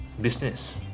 business